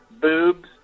boobs